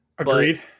Agreed